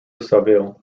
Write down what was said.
saville